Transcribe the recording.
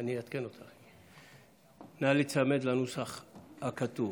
נא להיצמד לנוסח הכתוב.